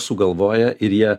sugalvoja ir jie